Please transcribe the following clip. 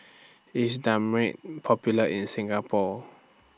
IS Dermale Popular in Singapore